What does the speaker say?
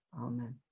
Amen